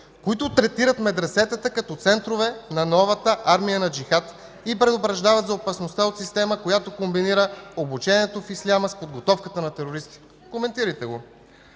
които третират медресетата като центрове на новата армия на джихад и предупреждават за опасността от система, която комбинира обучението в исляма с подготовката на терористи. Коментирайте го!